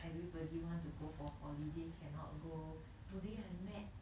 everybody want to go for holiday cannot go today I met